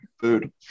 Food